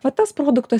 va tas produktas